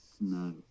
no